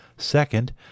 Second